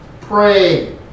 pray